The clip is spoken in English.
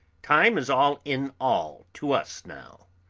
time is all in all to us now.